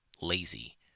lazy